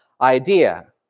idea